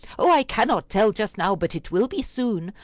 oh, i cannot tell just now, but it will be soon.